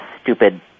stupid